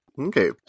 Okay